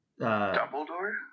Dumbledore